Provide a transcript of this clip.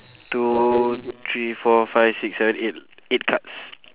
two three four five six seven eight eight cards